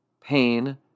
pain